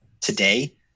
today